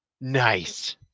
Nice